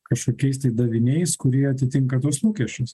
kažkokiais tai daviniais kurie atitinka tuos lūkesčius